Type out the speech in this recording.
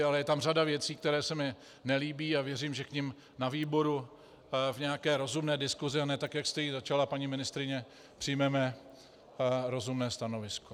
Ale je tam řada věcí, které se mi nelíbí, a věřím, že k nim na výboru v nějaké rozumné diskusi, a ne tak, jak jste ji začala, paní ministryně, přijmeme rozumné stanovisko.